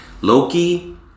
Loki